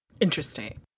Interesting